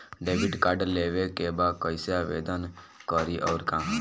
Debit card लेवे के बा कइसे आवेदन करी अउर कहाँ?